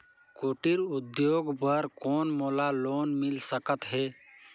कुटीर उद्योग बर कौन मोला लोन मिल सकत हे?